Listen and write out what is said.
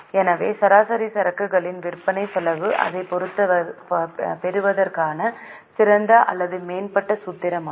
எனவே சராசரி சரக்குகளின் விற்பனை செலவு அதைப் பெறுவதற்கான சிறந்த அல்லது மேம்பட்ட சூத்திரமாகும்